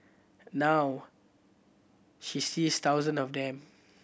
now she sees thousand of them